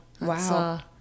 wow